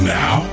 now